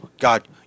God